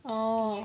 orh